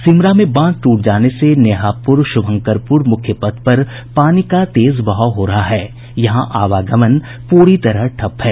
सिमरा में बांध टूट जाने से नेहापुर शुभंकरपुर मुख्य पथ पर पानी का तेज बहाव हो रहा है यहां आवागमन प्री तरह ठप है